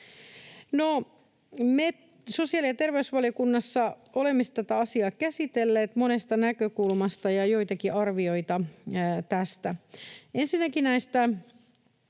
me sosiaali- ja terveysvaliokunnassa olemme tätä asiaa käsitelleet monesta näkökulmasta. Joitakin arvioita tästä: